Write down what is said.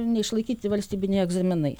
neišlaikyti valstybiniai egzaminai